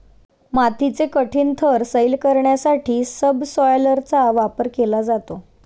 मातीचे कठीण थर सैल करण्यासाठी सबसॉयलरचा वापर केला जातो